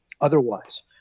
otherwise